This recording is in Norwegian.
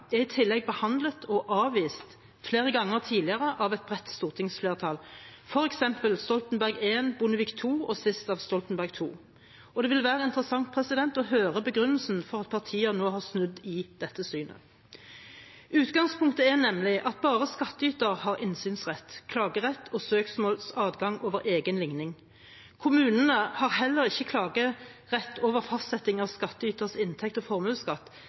er i tillegg behandlet og avvist flere ganger tidligere av et bredt stortingsflertall, f.eks. under Stoltenberg I, Bondevik II og sist Stoltenberg II. Det vil være interessant å høre begrunnelsen for at partier nå har snudd i dette synet. Utgangspunktet er nemlig at bare skattyteren har innsynsrett, klagerett og søksmålsadgang over egen ligning. Kommunene har heller ikke klagerett over fastsettingen av skattyterens inntekts- og